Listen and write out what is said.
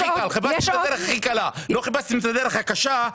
לא חיפשתם את הדרך הקשה.